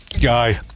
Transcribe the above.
Guy